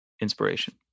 inspiration